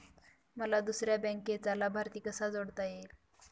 मला दुसऱ्या बँकेचा लाभार्थी कसा जोडता येईल?